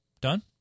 Done